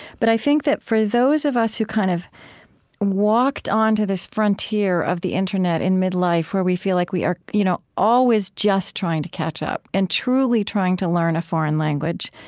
but i think that for those of us who kind of walked onto this frontier of the internet in mid-life, where we feel like we are you know always just trying to catch up and truly trying to learn a foreign language,